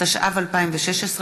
התשע"ו 2016,